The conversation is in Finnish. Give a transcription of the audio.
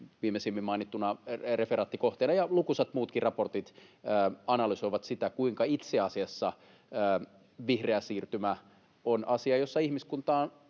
viimeisimmin mainittuna referaattikohteena analysoi sitä — ja lukuisat muutkin raportit analysoivat sitä — kuinka itse asiassa vihreä siirtymä on asia, jossa ihmiskunta